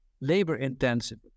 labor-intensive